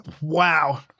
Wow